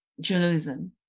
journalism